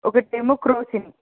ఒకటి ఏమో క్రోసిన్